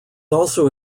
also